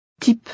Type